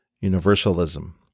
universalism